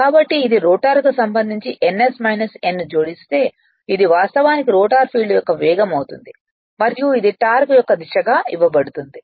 కాబట్టి ఇది రోటర్కు సంబంధించి ns n జోడిస్తే ఇది వాస్తవానికి రోటర్ ఫీల్డ్ యొక్క వేగం అవుతుంది మరియు ఇది టార్క్ యొక్క దిశగా ఇవ్వబడుతుంది